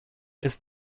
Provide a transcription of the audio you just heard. ist